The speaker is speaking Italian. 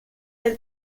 del